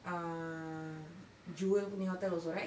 uh jewel punya hotel also right